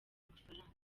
mafaranga